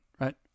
right